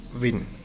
win